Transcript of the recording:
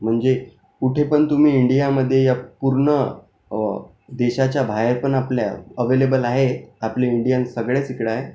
म्हणजे कुठे पण तुम्ही इंडियामध्ये या पूर्ण देशाच्या बाहेर पण आपल्या अव्हेलेबल आहे आपले इंडियन सगळे इकडं आहे